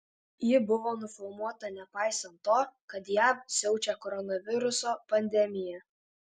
ji buvo nufilmuota nepaisant to kad jav siaučia koronaviruso pandemija